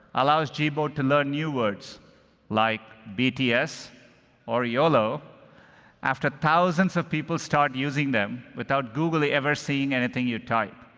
allows gboard to learn new words like bts or yolo after thousands of people start using them without google ever seeing anything you type.